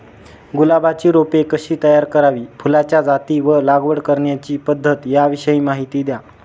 गुलाबाची रोपे कशी तयार करावी? फुलाच्या जाती व लागवड करण्याची पद्धत याविषयी माहिती द्या